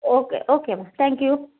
okay ஓகேம்மா thank you